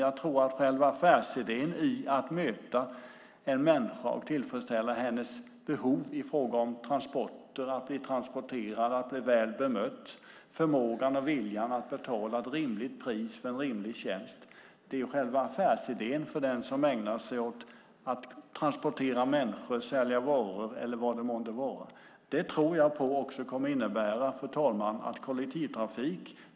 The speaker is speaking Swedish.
Att möta en människa och tillfredsställa hennes behov i fråga om transporten - att bli transporterad, att bli väl bemött, att ha förmågan och viljan att erbjuda en rimlig tjänst till ett rimligt pris - är själva affärsidén för den som ägnar sig åt att transportera människor, sälja varor eller vad det månde vara. Fru talman!